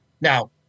Now